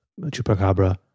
Chupacabra